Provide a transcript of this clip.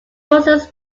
buses